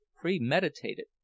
premeditated